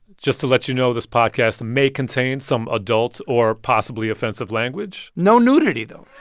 just to let you know, this podcast may contain some adult or possibly offensive language no nudity, though